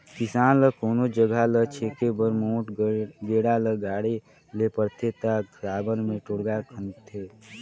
किसान ल कोनोच जगहा ल छेके बर मोट गेड़ा ल गाड़े ले परथे ता साबर मे ढोड़गा खनथे